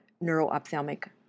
neuro-ophthalmic